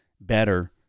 better